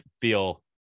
feel